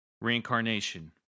Reincarnation